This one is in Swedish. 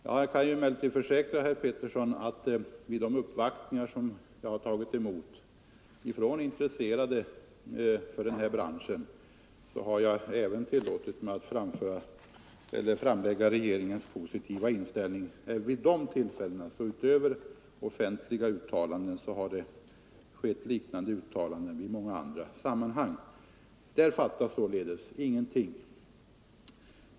Jag kan försäkra herr Petersson att vid de uppvaktningar som jag har tagit emot av intresserade för den här branschen har jag även tillåtit mig att framlägga regeringens positiva inställning. Utöver offentliga uttalanden har jag gjort liknande uttalanden i många andra sammanhang. Där fattas således ingenting.